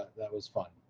that was fun.